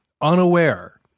unaware